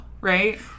Right